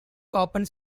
opens